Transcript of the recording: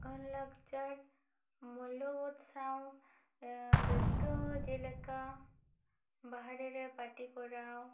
ᱟᱨ ᱞᱟᱠᱪᱟᱨ ᱢᱩᱞᱞᱚᱵᱳᱫᱷ ᱥᱟᱶ ᱮᱸ ᱨᱟᱹᱥᱠᱟ ᱦᱚᱸ ᱡᱮᱞᱮᱠᱟ ᱵᱟᱦᱨᱮ ᱨᱮ ᱯᱟᱴᱤ ᱠᱚᱨᱟᱣ